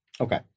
Okay